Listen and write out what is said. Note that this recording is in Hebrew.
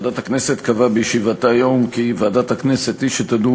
ועדת הכנסת קבעה בישיבתה היום כי ועדת הכנסת היא שתדון